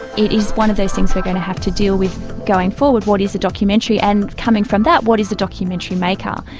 it is one of those things we're going to have to deal with going forward what is the documentary? and, coming from that what is a documentary maker?